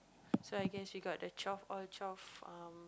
so I guess we got the twelve all twelve um